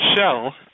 shell